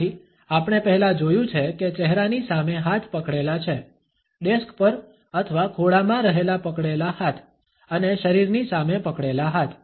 આથી આપણે પહેલા જોયું છે કે ચહેરાની સામે હાથ પકડેલા છે ડેસ્ક પર અથવા ખોળામાં રહેલા પકડેલા હાથ અને શરીરની સામે પકડેલા હાથ